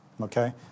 Okay